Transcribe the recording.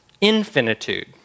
infinitude